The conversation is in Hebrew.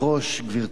גברתי השרה,